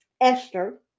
Esther